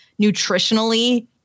nutritionally